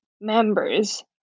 members